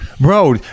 Bro